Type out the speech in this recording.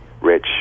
rich